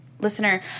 listener